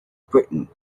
britain